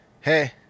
Hey